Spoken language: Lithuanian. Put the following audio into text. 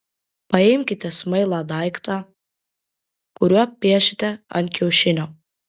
paimkite smailą daiktą kuriuo piešite ant kiaušinio